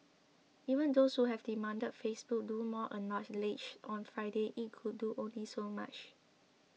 even those who have demanded Facebook do more acknowledged on Friday it could do only so much